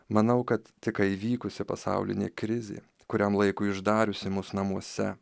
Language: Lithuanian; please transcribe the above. manau kad tik ką įvykusi pasaulinė krizė kuriam laikui uždariusi mus namuose